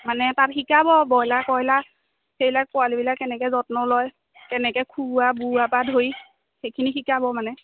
মানে তাত শিকাব ব্ৰইলাৰ কইলা সেইবিলাক পোৱালিবিলাক কেনেকে যত্ন লয় কেনেকে খুওৱা বুওৱা পা ধৰি সেইখিনি শিকাব মানে